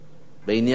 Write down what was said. בעניין זה?